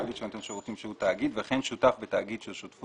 כללי ועל נותן שירותים שהוא תאגיד - וכן שותף בתאגיד שהוא שותפות,